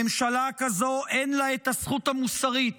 ממשלה כזו אין לה את הזכות המוסרית